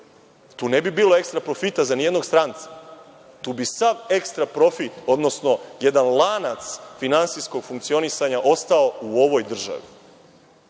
Tu ne bi bilo ekstra profita za nijednog stranca. Tu bi sav ekstra profit, odnosno jedan lanac finansijskog funkcionisanja ostao u ovoj državi.